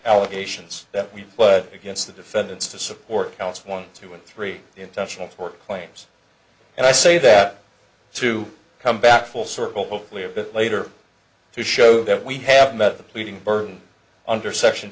allegations that we put against the defendants to support counts one zoo and three intentional tort claims and i say that to come back full circle clear a bit later to show that we have met the pleading burden under section